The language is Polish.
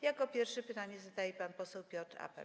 Jako pierwszy pytanie zadaje pan poseł Piotr Apel.